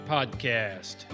Podcast